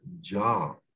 job